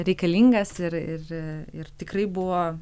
reikalingas ir ir ir tikrai buvo